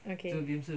okay